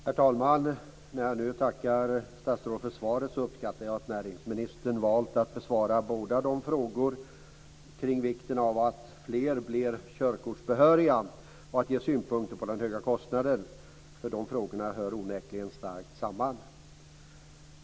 Herr talman! När jag nu tackar statsrådet för svaret uppskattar jag att näringsministern har valt att både besvara frågor kring vikten av att fler blir körkortsbehöriga och ge synpunkter på den höga kostnaden. De frågorna hör onekligen starkt samman.